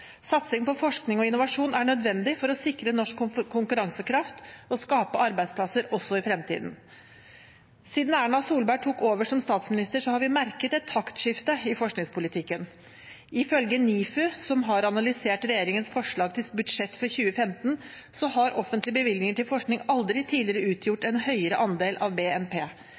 Satsing på forskning og innovasjon er nødvendig for å sikre norsk konkurransekraft og skape arbeidsplasser også i fremtiden. Siden Erna Solberg tok over som statsminister, har vi merket et taktskifte i forskningspolitikken. Ifølge NIFU, som har analysert regjeringens forslag til budsjett for 2015, har offentlige bevilgninger til forskning aldri tidligere utgjort en høyere andel av BNP.